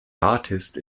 artist